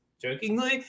jokingly